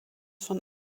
von